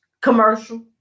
commercial